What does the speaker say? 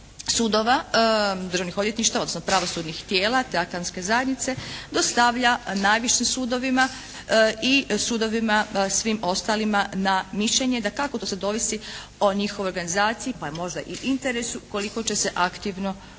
sudova, Državnih odvjetništava odnosno pravosudnih tijela te akademske zajednice dostavlja najvišim sudovima i sudovima svim ostalima na mišljenje. Dakako, to sad ovisi o njihovoj organizaciji pa možda i interesu koliko će se aktivno uključiti.